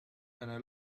أنا